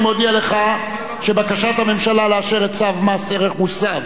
אני מודיע לך שבקשת הממשלה לאשר את צו מס ערך מוסף